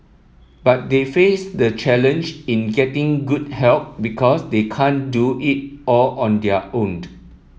but they face the challenge in getting good help because they can't do it all on their owned